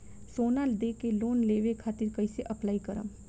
सोना देके लोन लेवे खातिर कैसे अप्लाई करम?